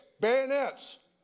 bayonets